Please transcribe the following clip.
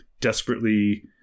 desperately